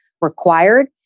required